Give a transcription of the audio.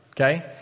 Okay